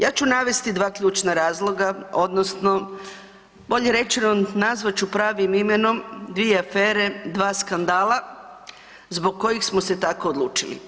Ja ću navesti dva ključna razloga odnosno bolje rečeno nazvat ću pravim imenom dvije afere, dva skandala zbog kojih smo se tako odlučili.